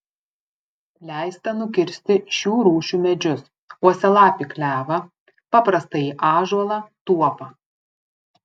leista nukirsti šių rūšių medžius uosialapį klevą paprastąjį ąžuolą tuopą